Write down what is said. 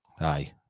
Aye